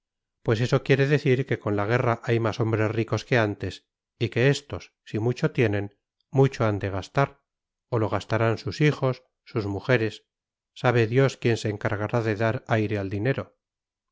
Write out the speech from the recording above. pues eso quiere decir que con la guerra hay más hombres ricos que antes y que estos si mucho tienen mucho han de gastar o lo gastarán sus hijos sus mujeres sabe dios quién se encargará de dar aire al dinero